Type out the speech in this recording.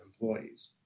employees